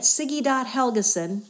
Siggy.Helgeson